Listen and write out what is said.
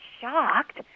shocked